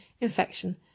infection